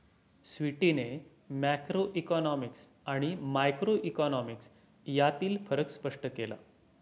स्वीटीने मॅक्रोइकॉनॉमिक्स आणि मायक्रोइकॉनॉमिक्स यांतील फरक स्पष्ट केला